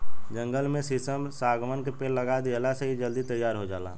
जंगल में शीशम, शागवान के पेड़ लगा देहला से इ जल्दी तईयार हो जाता